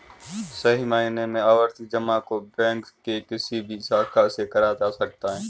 सही मायनों में आवर्ती जमा को बैंक के किसी भी शाखा से कराया जा सकता है